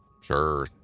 Sure